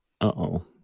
uh-oh